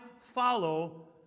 follow